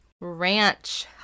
Ranch